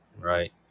right